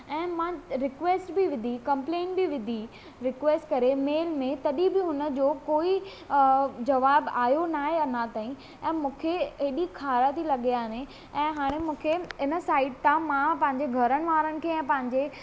ऐं मां रिक्वेस्ट बि विधी कम्प्लेन बि विधी रिक्वेस्ट करे मेल में तॾहिं बि हुनजो कोई जवाबु आयो नाहे अञा ताईं ऐं मूंखे हेॾी ख़ार थी लॻे ऐं हाणे मूंखे हिन साइड तव्हां मां पंहिंजे घरनि वारनि खे ऐं पंहिंजे